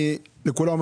אני מתנצל,